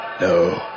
No